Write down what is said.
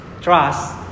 Trust